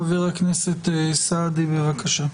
חבר הכנסת סעדי, בבקשה.